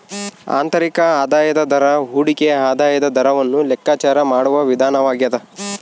ಆಂತರಿಕ ಆದಾಯದ ದರ ಹೂಡಿಕೆಯ ಆದಾಯದ ದರವನ್ನು ಲೆಕ್ಕಾಚಾರ ಮಾಡುವ ವಿಧಾನವಾಗ್ಯದ